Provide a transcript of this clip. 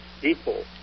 people